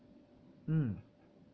mm